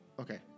Okay